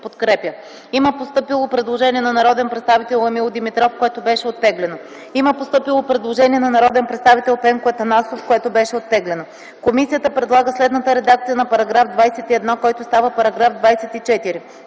Има постъпило предложение на народния представител Емил Димитров, което беше оттеглено. Има постъпило предложение на народния представител Пенко Атанасов, което беше оттеглено. Комисията предлага следната редакция на § 21, който става § 24: „§ 24.